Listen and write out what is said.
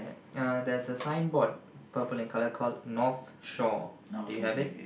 uh there's a signboard purple in colour called North Shore do you have it